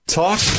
talk